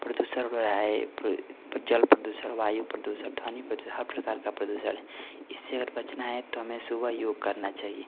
प्रदूषण हो रहा है तो जल प्रदूषण वायु प्रदूषण ध्वनि हर प्रकार का प्रदूषण इससे अगर बचना है तो हमें सुबह योग करना चाहिए